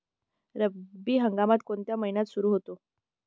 रब्बी हंगाम कोणत्या महिन्यात सुरु होतो?